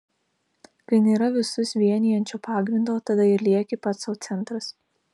kai nėra visus vienijančio pagrindo tada ir lieki pats sau centras